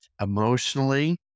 emotionally